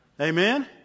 Amen